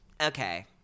okay